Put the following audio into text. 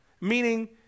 meaning